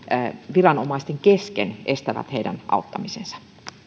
viranomaisten kesken estävät heidän auttamisensa